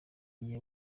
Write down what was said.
bugiye